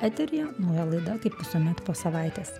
eteryje nauja laida kaip visuomet po savaitės